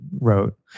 wrote